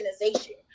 organization